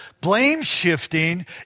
blame-shifting